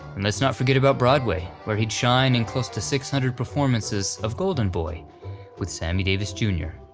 and let's not forget about broadway where he'd shine in close to six hundred performances of golden boy with sammy davis jr.